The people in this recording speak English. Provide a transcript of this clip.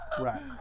right